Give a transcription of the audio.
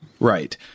Right